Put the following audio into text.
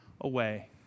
away